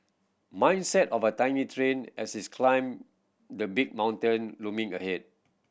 mindset of tiny train as is climbed the big mountain looming ahead